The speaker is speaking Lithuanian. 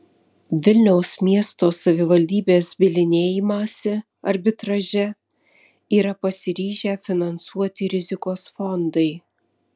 vilniaus miesto savivaldybės bylinėjimąsi arbitraže yra pasiryžę finansuoti rizikos fondai